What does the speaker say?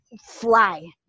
Fly